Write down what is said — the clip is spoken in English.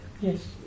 Yes